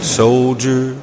soldier